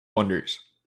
wonders